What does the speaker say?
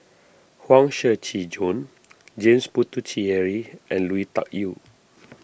Huang Shiqi Joan James Puthucheary and Lui Tuck Yew